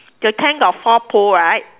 the tank got four pole right